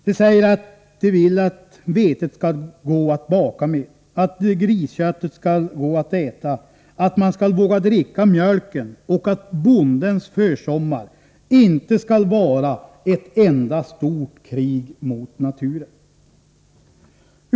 De vill att vetet skall gå att baka med, att grisköttet skall gå att äta, att man skall våga dricka mjölken och att bondens försommar inte skall vara ett enda stort krig mot naturen.